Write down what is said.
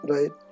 Right